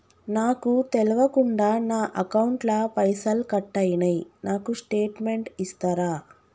నాకు తెల్వకుండా నా అకౌంట్ ల పైసల్ కట్ అయినై నాకు స్టేటుమెంట్ ఇస్తరా?